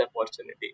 opportunity